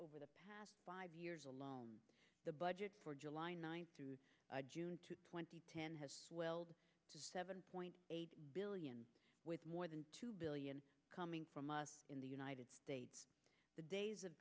over the past five years alone the budget for july ninth through june twenty ten has swelled to seven point eight billion with more than two billion coming from us in the united states the days of